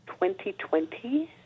2020